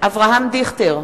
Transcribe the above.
אברהם דיכטר,